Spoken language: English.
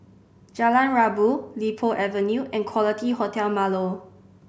Jalan Rabu Li Po Avenue and Quality Hotel Marlow